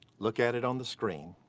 look at it on the screen.